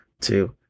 two